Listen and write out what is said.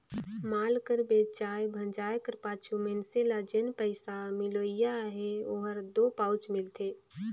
माल कर बेंचाए भंजाए कर पाछू मइनसे ल जेन पइसा मिलोइया अहे ओहर दो पाछुच मिलथे